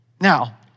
Now